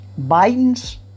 Biden's